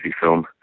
film